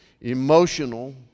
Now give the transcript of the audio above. emotional